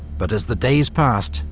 but as the days passed,